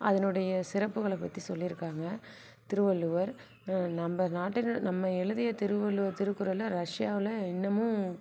அதனுடைய சிறப்புகளை பற்றி சொல்லியிருக்காங்க திருவள்ளுவர் நம்ம நாட் நம்ம எழுதிய திருவள்ளுவர் திருக்குறளை ரஷ்யாவில் இன்னமும்